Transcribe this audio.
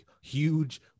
huge